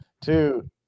two